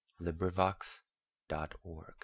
LibriVox.org